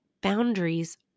boundaries